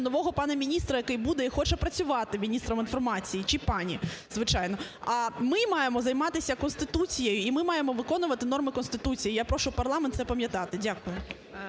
нового пана міністра, який буде і хоче працювати міністром інформації, чи пані, звичайно. А ми маємо займатися Конституцією і ми маємо виконувати норми Конституції я прошу парламент це пам'ятати. Дякую.